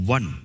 One